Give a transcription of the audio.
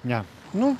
ne nu